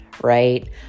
right